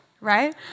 right